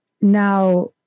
now